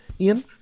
ian